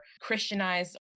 christianized